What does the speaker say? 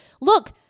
look